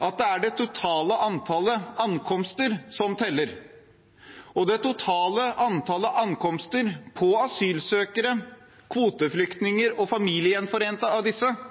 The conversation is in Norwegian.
at det er det totale antallet ankomster som teller, og det totale antallet ankomster av asylsøkere, kvoteflyktninger og familiegjenforente av disse